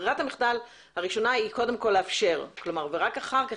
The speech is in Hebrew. ברירת המחדל הראשונה היא קודם כל לאפשר ורק אחר כך,